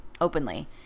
openly